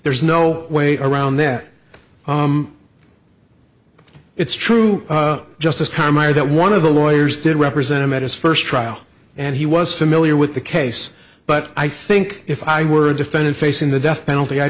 there's no way around that it's true justice time i heard that one of the lawyers did represent him at his first trial and he was familiar with the case but i think if i were a defendant facing the death penalty i